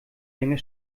länger